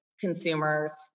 consumers